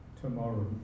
tomorrow